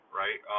right